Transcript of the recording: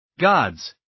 gods